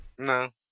No